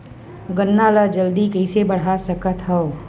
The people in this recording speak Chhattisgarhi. गन्ना ल जल्दी कइसे बढ़ा सकत हव?